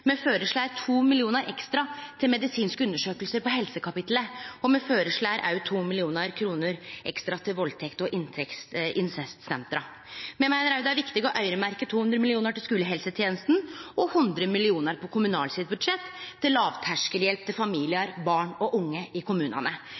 Me føreslår 2 mill. kr ekstra til medisinske undersøkingar på helsekapittelet, og me føreslår òg 2 mill. kr ekstra til valdtekts- og incestsenter. Me meiner òg det er viktig å øyremerkje 200 mill. kr til skulehelsetenesta og 100 mill. kr på budsjettet til Kommunaldepartementet til lågterskelhjelp til